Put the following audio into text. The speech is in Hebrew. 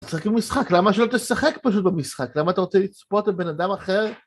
משחק הוא משחק, למה שלא תשחק פשוט במשחק? למה אתה רוצה לצפות לבן אדם אחר?